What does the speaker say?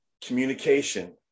Communication